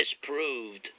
disproved